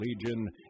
Legion